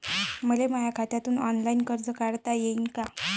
मले माया खात्यातून ऑनलाईन कर्ज काढता येईन का?